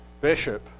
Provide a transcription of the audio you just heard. bishop